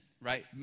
right